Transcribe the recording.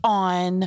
on